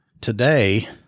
today